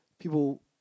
people